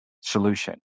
solution